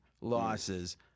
losses